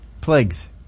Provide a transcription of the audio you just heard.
Plagues